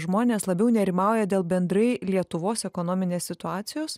žmonės labiau nerimauja dėl bendrai lietuvos ekonominės situacijos